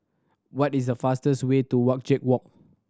what is the fastest way to Wajek Walk